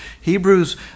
Hebrews